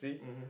mmhmm